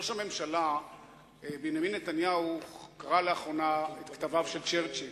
ראש הממשלה בנימין נתניהו קרא לאחרונה את כתביו של צ'רצ'יל.